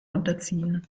unterziehen